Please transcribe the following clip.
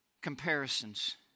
comparisons